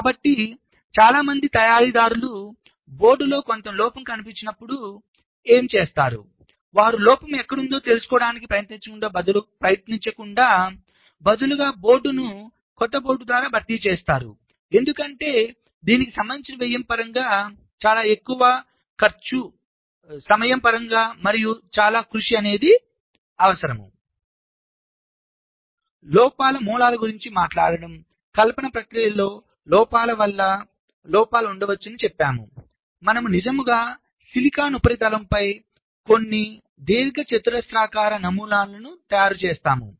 కాబట్టి చాలా మంది తయారీదారులు బోర్డులో కొంత లోపం కనిపించినప్పుడు ఏమి జరుగుతుంది వారు లోపం ఎక్కడ ఉందో తెలుసుకోవడానికి ప్రయత్నించకుండా బదులుగా బోర్డును కొత్త బోర్డు ద్వారా భర్తీ చేస్తారు ఎందుకంటే దీనికి సంబంధించిన వ్యయం పరంగా చాలా ఎక్కువ ఖర్చు సమయం మరియు కృషి అవసరం లోపాల మూలాల గురించి మాట్లాడటం కల్పన ప్రక్రియలో లోపాల వల్ల లోపాలు ఉండవచ్చని చెప్పాముమనము నిజంగా సిలికాన్ ఉపరితలంపై కొన్ని దీర్ఘచతురస్రాకార నమూనాలను తయారుచేస్తాము